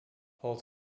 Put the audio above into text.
holds